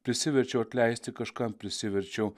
prisiverčiau atleisti kažkam prisiverčiau